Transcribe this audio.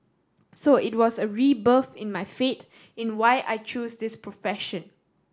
so it was a rebirth in my faith in why I chose this profession